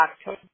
October